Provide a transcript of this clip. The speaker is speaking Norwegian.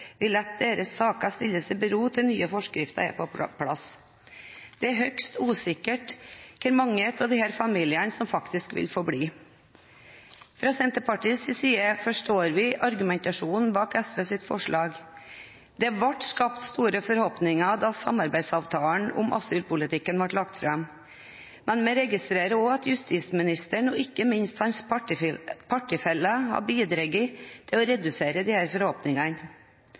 deres saker stilles i bero til nye forskrifter er på plass. Det er høyst usikkert hvor mange av disse familiene som faktisk vil få bli. Fra Senterpartiets side forstår vi argumentasjonen bak SVs forslag. Det ble skapt store forhåpninger da samarbeidsavtalen om asylpolitikken ble lagt fram. Men vi registrerer også at justisministeren og ikke minst hans partifeller har bidratt til å redusere disse forhåpningene.